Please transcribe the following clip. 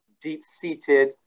deep-seated